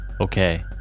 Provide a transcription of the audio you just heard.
Okay